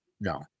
No